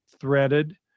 threaded